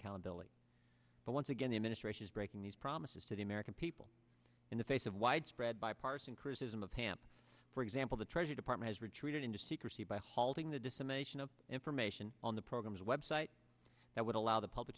accountability but once again the administration is breaking these promises to the american people in the face of widespread bipartisan criticism of ham for example the treasury department has retreated into secrecy by halting the dissemination of information on the programs website that would allow the public